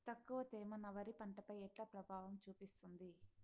తక్కువ తేమ నా వరి పంట పై ఎట్లా ప్రభావం చూపిస్తుంది?